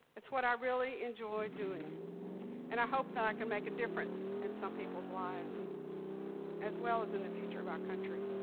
it's what i really enjoy doing and i hope that i can make a difference in some people's lives as well as in the future of our country.